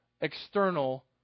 external